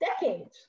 decades